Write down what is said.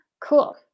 cool